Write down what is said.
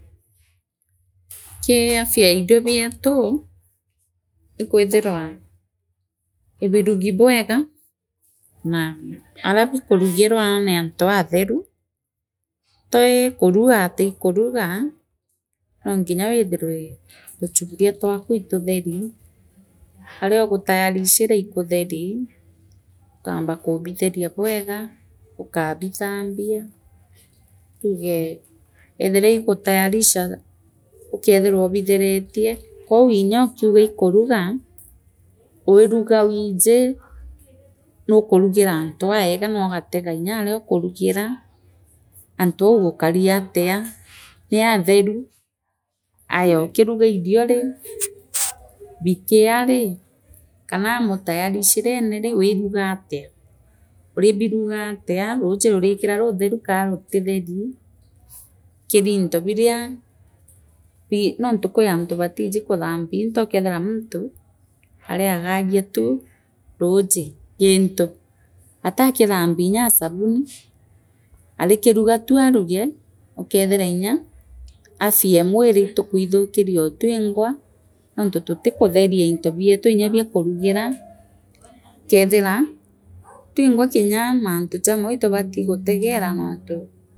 kii afia ye irio bletu ikwithirwa ibirungi bwega naa aria bikurugwa nianthi aatheru twi kunira atuikuruga noonginge withirwe tuchubliana twaku ithitheri ario ugutayarishia ikuttheri ukamba kubitheria bwega ukaabithambia huge eethina ii gutayarisha ukekethira oobitrenetie kwoli inyookiugaa ikuruga wiirunga wiji, nuukarugia antu aega noogatega ngaria okurugira anti au gukari atia niatheru aayookiruga ino nii bikiyaa nii kaanaa mutayarisherere nii wiingatia uribiugatia ruuji uriikia ruutheru kana ruutitheri kiri into biria bii nonta kurianti baatija kuthambia into likeethira muntu ariagogia tu ruuji gi into ataa kithembia nyaa asubuhi arikiruga tu aruge ukethire inga afya ee mwere itikuithikiria oo twirgwa noontu tuti kutheria into bieti vya bia kurugira likethire twingwa kinya mantrhi jamwe ithibiti gutegera noontu.